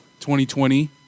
2020